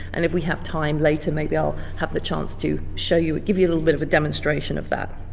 and if we have time later maybe i'll have the chance to show you, give you a little bit of a demonstration of that.